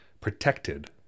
protected